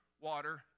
water